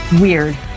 weird